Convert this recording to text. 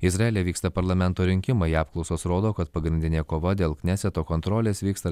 izraelyje vyksta parlamento rinkimai apklausos rodo kad pagrindinė kova dėl kneseto kontrolės vyksta